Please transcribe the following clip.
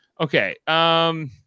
Okay